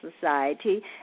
Society